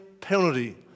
penalty